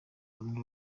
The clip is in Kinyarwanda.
bamwe